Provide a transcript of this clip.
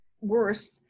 worse